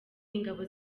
ingabo